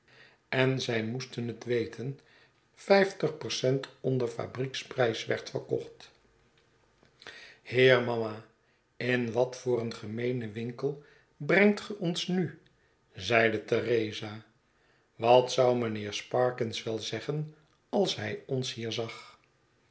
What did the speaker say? en zij moeten het weten vijftig percent onder fabrieksprrjs werd verkocht heer mama in wat voor een gemeenen winkel brengt ge ons nu zeide theresa wat zou mijnheer sparkins wel zeggen als hij ons hier zag